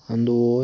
دلی